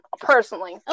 personally